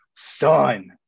Son